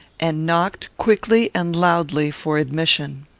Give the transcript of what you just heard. and knocked, quickly and loudly for admission.